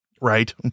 Right